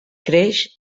creix